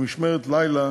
במשמרת לילה